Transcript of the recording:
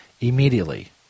immediately